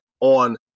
on